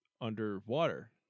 underwater